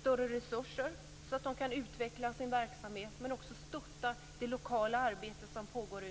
större resurser så att de kan utveckla sin verksamhet och stötta det lokala arbete som pågår.